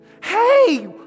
Hey